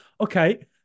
okay